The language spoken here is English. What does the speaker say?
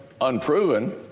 unproven